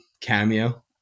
cameo